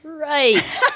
Right